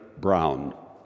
Brown